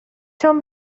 چون